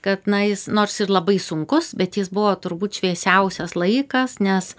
kad na jis nors ir labai sunkus bet jis buvo turbūt šviesiausias laikas nes